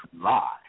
lie